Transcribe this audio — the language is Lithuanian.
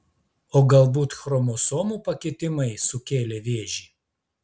o galbūt chromosomų pakitimai sukėlė vėžį